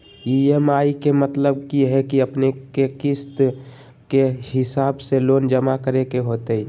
EMI के मतलब है कि अपने के किस्त के हिसाब से लोन जमा करे के होतेई?